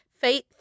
faith